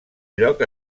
lloc